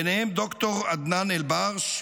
ביניהם ד"ר עדנאן אלברש,